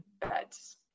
beds